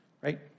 right